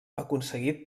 aconseguit